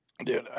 Dude